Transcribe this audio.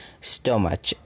stomach